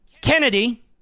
Kennedy